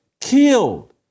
killed